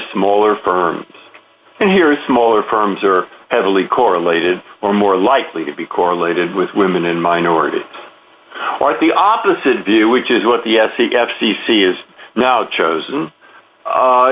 smaller firms and here smaller firms are heavily correlated or more likely to be correlated with women and minorities quite the opposite view which is what the s c f c c is now chosen